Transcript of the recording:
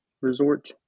resort